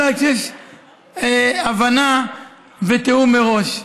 אלא כשיש הבנה ותיאום מראש.